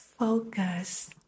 Focus